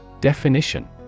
Definition